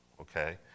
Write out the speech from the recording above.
okay